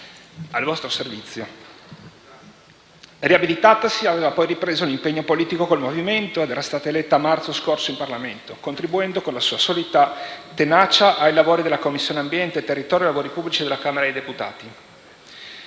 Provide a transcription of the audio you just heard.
al vostro servizio». Riabilitatasi, aveva poi ripreso l'impegno politico con il Movimento ed era stata eletta a marzo scorso in Parlamento, contribuendo, con la sua solita tenacia, ai lavori della Commissione ambiente, territorio e lavori pubblici della Camera dei deputati.